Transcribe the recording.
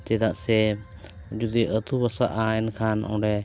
ᱪᱮᱫᱟᱜ ᱥᱮ ᱡᱩᱫᱤ ᱟᱛᱳ ᱵᱟᱥᱟᱜᱼᱟ ᱮᱱᱠᱷᱟᱱ ᱚᱸᱰᱮ